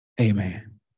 Amen